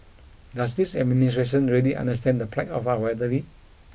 does this administration really understand the plight of our elderly